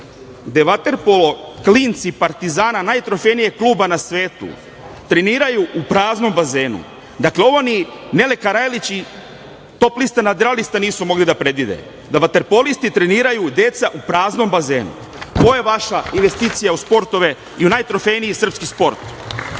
gde vaterpolo klinci „Partizana“, najtrofejnijeg kluba na svetu, treniraju u praznom bazenu. Dakle, Nele Karajlić i „Top lista nadrealista“ nisu ovo mogli da predvide, da vaterpolisti treniraju, deca, u praznom bazenu. To je vaša investicija u sportove i u najtrofejniji srpski sport. Zato